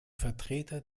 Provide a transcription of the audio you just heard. vertreter